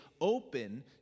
open